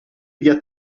via